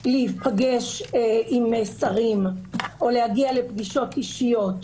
להיפגש עם שרים ולהגיע לפגישות אישיות.